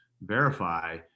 verify